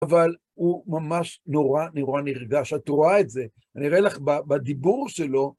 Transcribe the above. אבל הוא ממש נורא נורא נרגש, אתה רואה את זה. אני אראה לך בדיבור שלו.